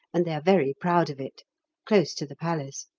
and they are very proud of it close to the palace.